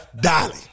Dolly